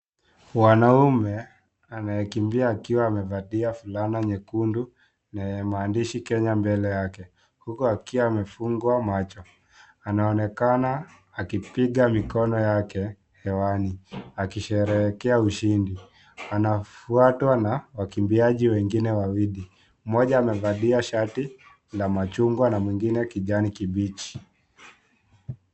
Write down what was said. Mwanaume anayekimbia akiwa amevalia fulana nyekundu yenye maandishi Kenya mbele yake huku akiwa amefungwa macho anaonekana akipiga mkono wake hewani akisherekea ushindi anafwatwa na wakbiaji wengine wawili mmoja amevalia shati ya machungwa na mwingine kijani kibichi.